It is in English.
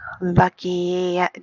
lucky